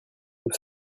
nous